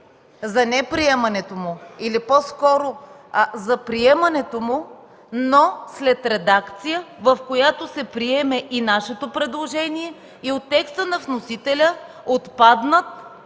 за неприемането му или по-скоро за приемането му, но след редакция, в която се приеме и нашето предложение – от текста на вносителя да отпаднат